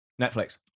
Netflix